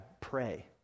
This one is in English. pray